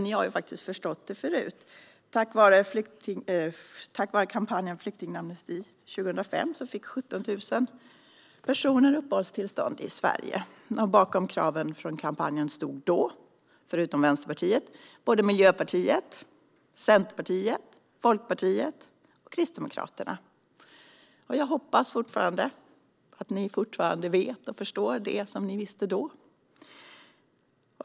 Ni har ju faktiskt förstått det förut; tack vare kampanjen Flyktingamnesti 2005 fick 17 000 människor uppehållstillstånd i Sverige. Bakom kraven från kampanjen stod då, förutom Vänsterpartiet, såväl Miljöpartiet och Centerpartiet som Folkpartiet och Kristdemokraterna. Jag hoppas att ni fortfarande vet och förstår det ni visste då.